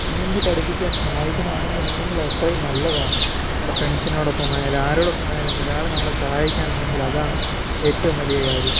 നീന്തിപ്പഠിപ്പിക്കാൻ സഹായിക്കുന്ന ആരെങ്കിലുമുണ്ടെങ്കിൽ അതത്രയും നല്ലതാണ് നമ്മുടെ ഫ്രെണ്ട്സിനോടൊപ്പമായാലും ആരോടൊപ്പമായാലും ഒരാൾ നമ്മളെ സഹായിക്കാനുണ്ടെങ്കിൽ അതാണ് ഏറ്റവും വലിയ കാര്യം